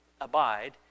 abide